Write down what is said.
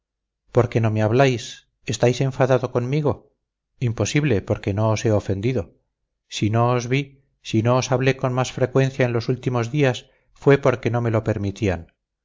por qué no me habláis estáis enfadado conmigo imposible porque no os he ofendido si no os vi si no os hablé con más frecuencia en los últimos días fue porque no me lo permitían